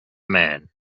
man